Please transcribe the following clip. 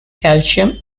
calcium